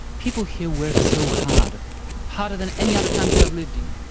people here work so hard harder than any other country i've lived in.